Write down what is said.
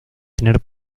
tener